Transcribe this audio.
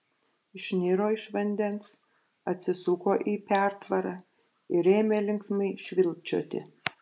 išniro iš vandens atsisuko į pertvarą ir ėmė linksmai švilpčioti